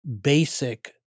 basic